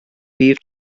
bydd